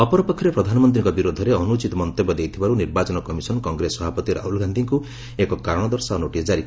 ଅପରପକ୍ଷରେ ପ୍ରଧାନମନ୍ତ୍ରୀଙ୍କ ବିରୋଧରେ ଅନୁଚିତ ମନ୍ତବ୍ୟ ଦେଇଥିବାରୁ ନିର୍ବାଚନ କମିଶନ କଂଗ୍ରେସ ସଭାପତି ରାହୁଲ ଗାନ୍ଧିଙ୍କୁ ଏକ କାରଣ ଦର୍ଶାଅ ନୋଟିସ୍ ଜାରି କରିଛନ୍ତି